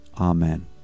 amen